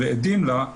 ועדים לה,